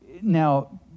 Now